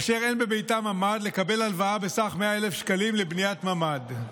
אשר אין בביתם ממ"ד לקבל הלוואה בסך 100,000 שקלים לבניית ממ"ד.